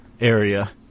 area